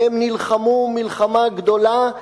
והם נלחמו מלחמה גדולה,